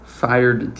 fired